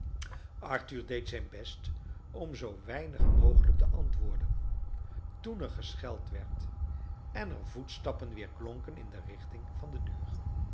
arthur deed zijn best om zoo weinig mogelijk te antwoorden toen er gescheld werd en er voetstappen weerklonken in de richting van de deur